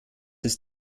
ist